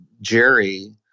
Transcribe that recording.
Jerry